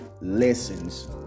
lessons